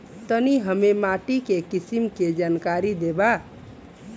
तनि हमें माटी के किसीम के जानकारी देबा?